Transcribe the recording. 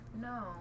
No